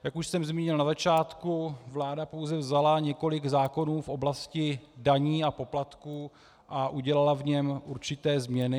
Jak už jsem zmínil na začátku, vláda pouze vzala několik zákonů v oblasti daní a poplatků a udělala v něm určité změny.